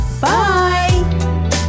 Bye